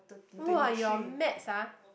!wah! your maths ah